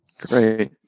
Great